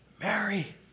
Mary